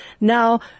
Now